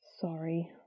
Sorry